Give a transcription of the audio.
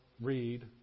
read